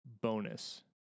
bonus